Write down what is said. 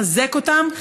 לחזק אותם,